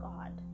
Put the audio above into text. God